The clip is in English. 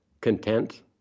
content